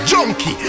Junkie